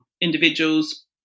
individuals